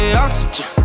oxygen